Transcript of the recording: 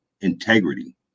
integrity